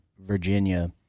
Virginia